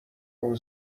اون